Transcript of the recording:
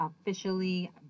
officially